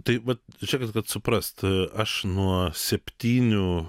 tai vat čia kad kad suprast aš nuo septynių